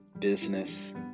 business